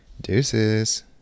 Deuces